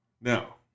Now